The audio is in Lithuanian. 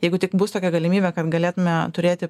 jeigu tik bus tokia galimybė kad galėtume turėti